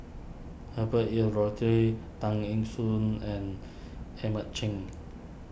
Herbert Eleuterio Tan Eng Soon and Edmund Cheng